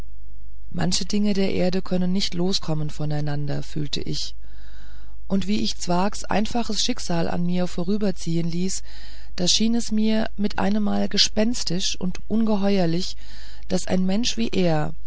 manche dinge der erde können nicht loskommen voneinander fühlte ich und wie ich zwakhs einfaches schicksal an mir vorüberziehen ließ da schien es mir mit einemmal gespenstisch und ungeheuerlich daß ein mensch wie er